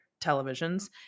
televisions